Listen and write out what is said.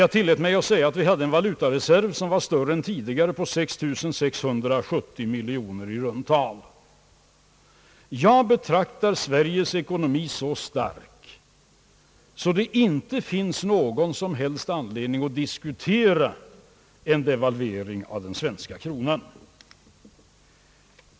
Jag tillät mig att säga att vi hade en valutareserv som är större än tidigare, på 6 670 miljoner i runt tal. Jag betraktar Sveriges ekonomi så stark, att det inte finns någon som helst anledning att diskutera en devalvering av den svenska kronan.